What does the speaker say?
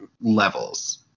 levels